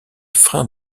frein